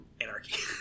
anarchy